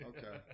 Okay